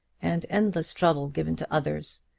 and endless trouble given to others,